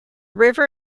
river